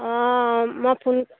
অঁ মই ফোন